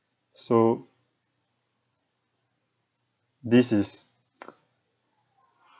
so this is